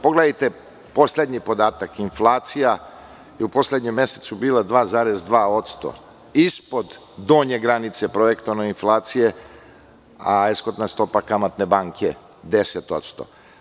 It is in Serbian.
Pogledajte poslednji podatak - inflacija je u poslednjem mesecu bila 2,2% ispod donje granice projektovane inflacije, a eskontna stopa kamatne banke 10%